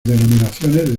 denominaciones